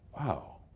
Wow